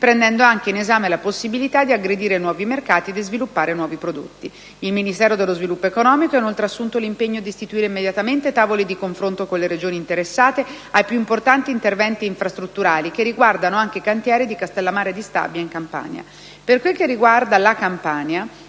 prendendo anche in esame la possibilità di aggredire nuovi mercati e di sviluppare nuovi prodotti. Il Ministero dello sviluppo economico ha inoltre assunto l'impegno di istituire immediatamente tavoli di confronto con le Regioni interessate ai più importanti interventi infrastrutturali che riguardano anche i cantieri di Castellammare di Stabia in Campania. Per quel che riguarda la Campania,